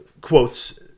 quotes